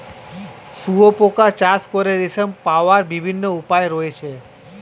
শুঁয়োপোকা চাষ করে রেশম পাওয়ার বিভিন্ন উপায় রয়েছে